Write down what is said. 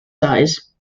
size